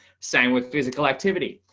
same with physical activity,